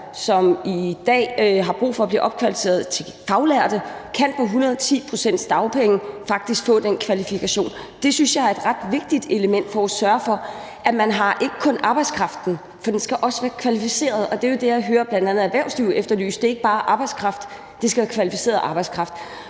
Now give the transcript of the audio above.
som i dag har brug for at blive opkvalificeret til faglærte, på 110 pct.s dagpenge faktisk kan få den kvalifikation. Det synes jeg er et ret vigtigt element for at sørge for, at man ikke kun har arbejdskraften, men at den også skal være kvalificeret. Og det er jo det, jeg hører bl.a. erhvervslivet efterlyse: at det ikke bare er arbejdskraft, men at det skal være kvalificeret arbejdskraft.